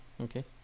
okay